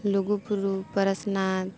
Lugu Buru Parasnath